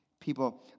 people